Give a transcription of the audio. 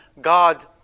God